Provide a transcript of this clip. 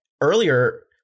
earlier